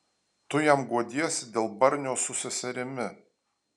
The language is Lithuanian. tu jam guodiesi dėl barnio su seserimi